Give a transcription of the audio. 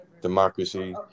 democracy